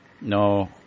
no